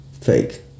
fake